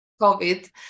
COVID